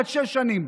עד שש שנים.